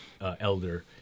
elder